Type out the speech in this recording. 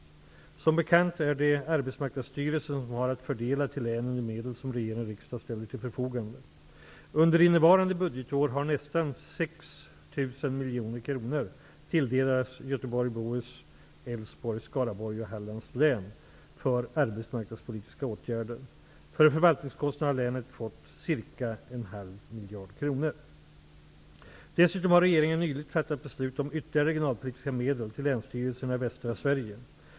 Som bekant är det Arbetsmarknadsstyrelsen som har att fördela till länen de medel som regering och riksdag ställer till förfogande. Under innevarande budgetåret har nästan 6 miljarder kronor tilldelats Göteborgs och För förvaltningskostnader har länen fått ca 500 Dessutom har regeringen nyligen fattat beslut om ytterligare regionalpolitiska medel till länsstyrelserna i västra Sverige.